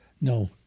No